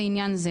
לעניין זה